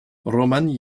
roman